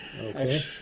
Okay